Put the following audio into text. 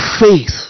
faith